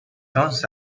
شانس